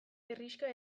herrixka